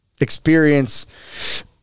experience